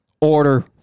order